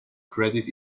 credit